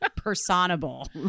personable